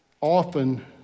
Often